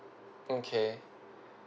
okay